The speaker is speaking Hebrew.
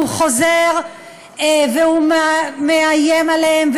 הוא חוזר ומאיים עליהן,